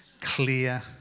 clear